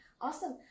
awesome